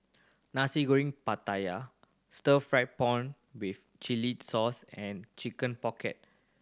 Nasi Goreng Pattaya stir fried prawn with chili sauce and Chicken Pocket